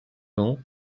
ans